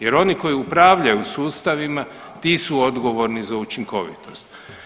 Jer oni koji upravljaju sustavima ti su odgovorni za učinkovitost.